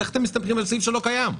אז איך אתם מסתמכים על סעיף שלא קיים?